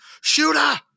shooter